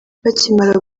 bakimara